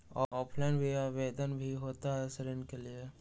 Offline भी आवेदन भी होता है ऋण के लिए?